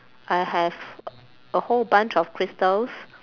I have a whole bunch of crystals